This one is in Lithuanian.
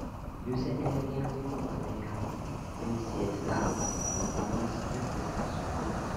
juzė energingai puolė jam linksėti galva rodydamas jog viską suprato